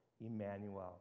Emmanuel